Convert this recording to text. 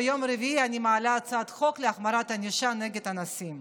ביום רביעי אני מעלה הצעת חוק להחמרת ענישה נגד אנסים.